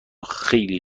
خیلی